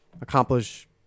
accomplish